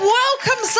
welcome